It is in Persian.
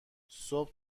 صبح